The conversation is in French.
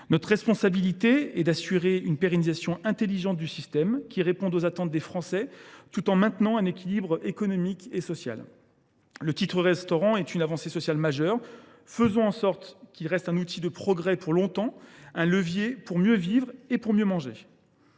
Notre responsabilité est d’assurer une pérennisation intelligente du système, qui réponde aux attentes des Français tout en maintenant l’équilibre économique et social. Le titre restaurant est une avancée sociale majeure. Faisons en sorte qu’il reste un outil de progrès pour longtemps, un levier pour mieux vivre et mieux manger.